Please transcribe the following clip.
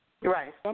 Right